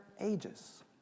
ages